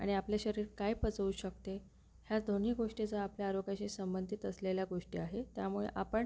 आणि आपले शरीर काय पचवू शकते ह्या दोन्ही गोष्टी जर आपल्या आरोग्याशी संबंधित असलेल्या गोष्टी आहे त्यामुळे आपण